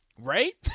Right